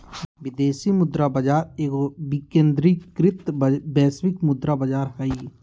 विदेशी मुद्रा बाजार एगो विकेंद्रीकृत वैश्विक मुद्रा बजार हइ